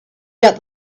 that